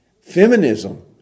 feminism